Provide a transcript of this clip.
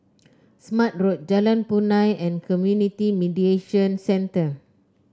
Smart Road Jalan Punai and Community Mediation Center